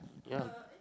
ya